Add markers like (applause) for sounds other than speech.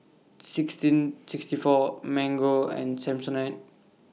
(noise) sixteen sixty four Mango and Samsonite